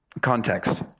context